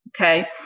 Okay